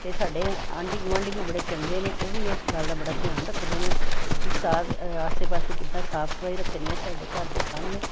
ਅਤੇ ਸਾਡੇ ਆਂਢੀ ਗੁਆਂਢੀ ਵੀ ਬੜੇ ਚੰਗੇ ਨੇ ਉਹ ਵੀ ਇਸ ਗੱਲ ਦਾ ਬੜਾ ਧਿਆਨ ਰੱਖਦੇ ਨੇ ਕਿ ਸਾ ਆਸੇ ਪਾਸੇ ਕਿੱਦਾਂ ਸਾਫ਼ ਸਫ਼ਾਈ ਰੱਖਣੀ ਹੈ ਸਾਡੇ ਘਰ ਦੇ ਸਾਹਮਣੇ